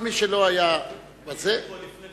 כל מי שלא היה בזה, הייתי פה לפני,